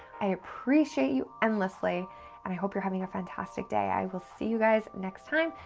i appreciate you endlessly, and i hope you're having a fantastic day. i will see you guys next time.